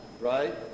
right